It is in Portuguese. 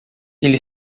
ele